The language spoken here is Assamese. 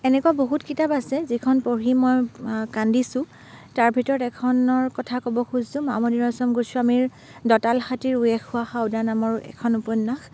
এনেকুৱা বহুত কিতাপ আছে যিখন পঢ়ি মই কান্দিছোঁ তাৰ ভিতৰত এখনৰ কথা ক'ব খুজিছোঁ মামণি ৰয়চম গোস্বামীৰ দতাঁল হতীৰ উঁয়ে খোৱা হাওদা নামৰ এখন উপন্যাস